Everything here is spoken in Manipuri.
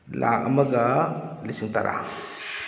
ꯂꯥꯈ ꯑꯃꯒ ꯂꯤꯁꯤꯡ ꯇꯔꯥ